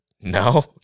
No